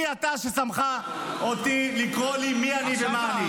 מי שמך לקרוא לי מי אני ומה אני?